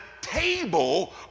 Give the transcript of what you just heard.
table